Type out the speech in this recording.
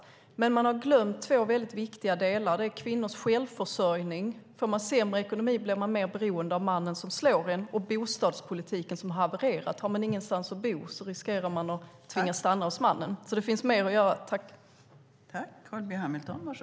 Men regeringen har glömt två mycket viktiga delar. Den ena är kvinnors självförsörjning. Om man får sämre ekonomi blir man mer beroende av den man som slår en. Den andra är bostadspolitiken som har havererat. Om man inte har någonstans att bo riskerar man att tvingas stanna hos mannen. Det finns alltså mer att göra.